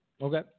Okay